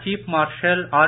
cheap marshal R